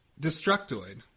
Destructoid